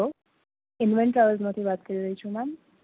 hello invent ટ્રાવેલમાંથી વાત કરી રહી છું મેમ